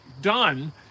done